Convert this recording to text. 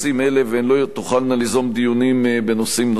והן לא תוכלנה ליזום דיונים בנושאים נוספים.